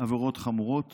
עבירות חמורות